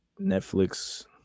Netflix